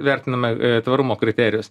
vertiname tvarumo kriterijus